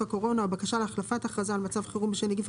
הקורונה או בקשה להחלפת הכרזה על מצב חירום בשל נגיף